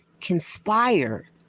conspire